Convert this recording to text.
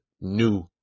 new